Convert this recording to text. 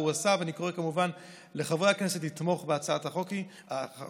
אני קורא כמובן לחברי הכנסת לתמוך בהצעת החוק הזאת.